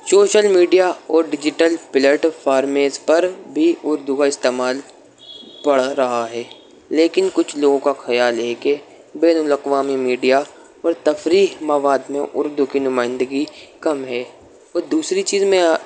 social media اور digital platforms پر بھی اردو کا استعمال بڑھ رہا ہے لیکن کچھ لوگوں کا خیال ہے کہ بین الاقوامی میڈیا اور تفریح مواد میں اردو کی نمائندگی کم ہے اور دوسری چیز میں